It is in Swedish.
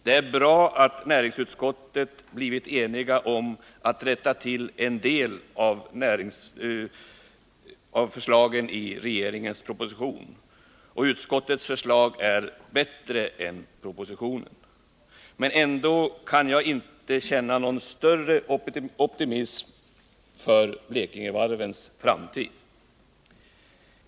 Det är bra att näringsutskottet har blivit enigt om att rätta till en del av förslagen i regeringens proposition, och utskottets förslag är bättre än propositionen. Men ändå kan jag inte känna någon större optimism för Blekingevarvens framtid.